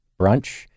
brunch